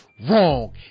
wrong